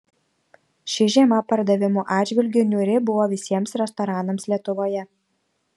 ši žiema pardavimų atžvilgiu niūri buvo visiems restoranams lietuvoje